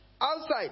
outside